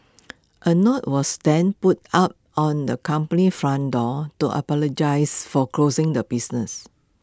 A note was then put up on the company's front door to apologise for closing the business